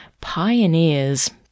...pioneers